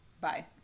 Bye